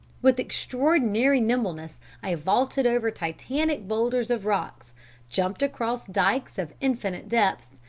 with extraordinary nimbleness i vaulted over titanic boulders of rocks jumped across dykes of infinite depth,